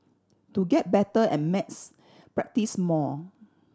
to get better at maths practise more